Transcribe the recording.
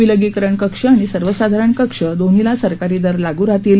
विलगीकरण कक्ष आणि सर्वसाधारण कक्ष दोन्हीला सरकारी दर लाग् राहतील